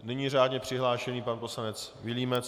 Nyní řádně přihlášený pan poslanec Vilímec.